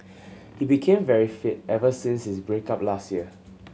he became very fit ever since his break up last year